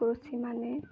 କୃଷି ମାନେ